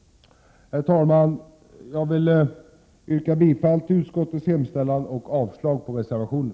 Herr talman! Jag yrkar bifall till utskottets hemställan och avslag på reservationen.